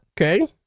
Okay